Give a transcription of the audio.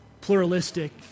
pluralistic